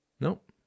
Nope